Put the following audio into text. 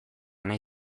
nahi